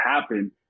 happen